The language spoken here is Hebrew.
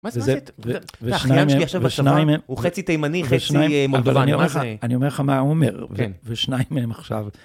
ושניים מהם... ושניים מהם... אחיין שלי עכשיו בצבא הוא חצי תימני, חצי מולדובני כזה. אני אומר לך מה הוא אומר, ושניים מהם עכשיו...